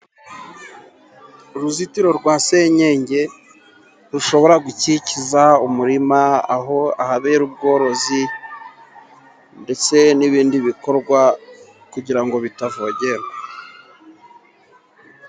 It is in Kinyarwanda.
Uruzitiro rwa senyenge rushobora gukikiza umurima, aho ahabera ubworozi, ndetse n'ibindi bikorwa kugira ngo bitavogerwa.